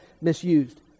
misused